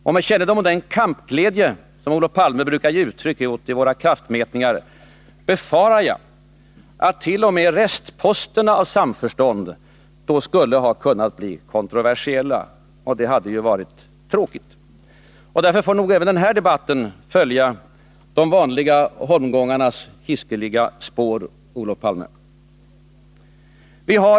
Och med kännedom om den kampglädje som Olof Palme brukar ge uttryck åt i våra kraftmätningar, befarar jag att t.o.m. restposterna av samförstånd då skulle ha kunnat bli kontroversiella, och det hade ju varit tråkigt. Därför får nog även den här debatten följa de vanliga holmgångarnas hiskeliga spår, Olof Palme.